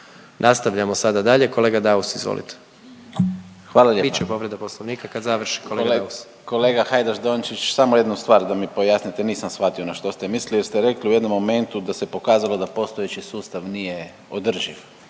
Nastavljamo sada dalje kolega Daus, izvolite. **Daus, Emil (IDS)** Hvala lijepa. …/Upadica predsjednik: Bit će povreda Poslovnika kad završi kolega Daus./… Kolega Hajdaš-Dončić samo jednu stvar da mi pojasnite. Nisam shvatio na što ste mislili, jer ste rekli u jednom momentu da se pokazalo da postojeći sustav nije održiv,